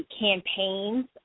campaigns